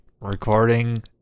recording